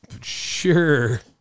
Sure